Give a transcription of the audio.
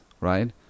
right